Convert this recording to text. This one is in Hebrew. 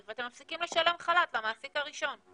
ואתם מפסיקים לשלם חל"ת למעסיק הראשון.